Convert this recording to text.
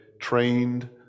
trained